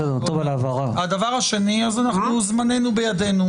הדבר השני, אז אנחנו, זמננו בידנו.